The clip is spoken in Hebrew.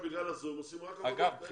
אגב,